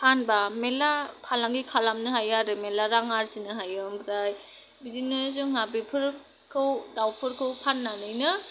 फानबा मेरला फालांगि खालामनो हायो आरो मेरला रां आरजिनो हायो ओमफ्राय बिदिनो जोंहा बेफोरखौ दावफोरखौ फाननानैनो